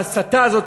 ההסתה הזאת,